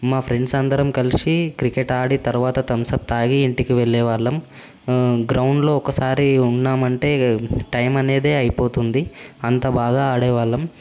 మా ఫ్రెండ్స్ అందరం కలిసి క్రికెట్ ఆడి తర్వాత తంసప్ తాగి ఇంటికి వెళ్లే వాళ్ళం గ్రౌండ్లో ఒకసారి ఉన్నామంటే టైం అనేదే అయిపోతుంది అంత బాగా ఆడేవాళ్ళం